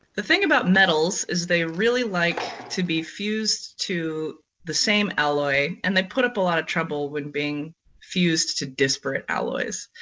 the thing about metals is they really like to be fused to the same alloy and they put up a lot of trouble when being fused to disparate alloys.